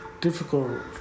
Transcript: difficult